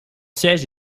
siège